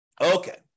Okay